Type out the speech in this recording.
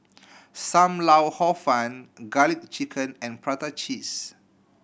Sam Lau Hor Fun Garlic Chicken and prata cheese